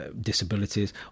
disabilities